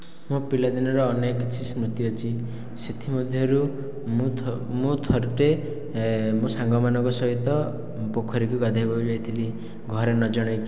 ମୋ ପିଲା ଦିନର ଅନେକ କିଛି ସ୍ମୃତି ଅଛି ସେଥିମଧ୍ୟରୁ ମୁଁ ମୁଁ ଥର ଟିଏ ମୋ ସାଙ୍ଗମାନଙ୍କ ସହିତ ପୋଖରୀକୁ ଗାଧୋଇବାକୁ ଯାଇଥିଲି ଘରେ ନ ଜଣେଇ କି